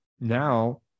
now